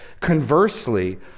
Conversely